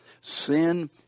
sin